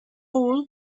all